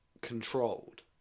controlled